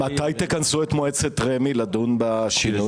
מתי תכנסו את מועצת רמ"י לדון בשינוי?